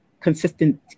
consistent